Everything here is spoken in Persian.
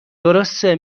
درسته